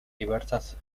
diversas